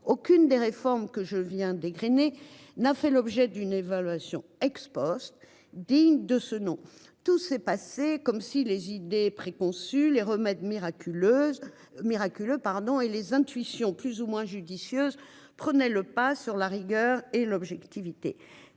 aucune des réformes que je viens d'égrener n'a fait l'objet d'une évaluation ex Post digne de ce nom. Tout s'est passé comme si les idées préconçues les remèdes miraculeuse miraculeux pardon et les intuitions plus ou moins judicieuse prenait le pas sur la rigueur et l'objectivité